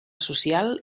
social